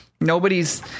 nobody's